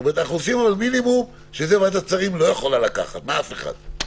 זאת אומרת שעשינו את המינימום שאת זה ועדת השרים לא יכולה לקחת מאף אחד.